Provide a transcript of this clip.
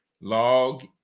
log